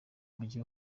mujyi